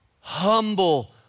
Humble